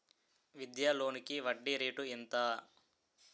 విద్యా లోనికి వడ్డీ రేటు ఎంత?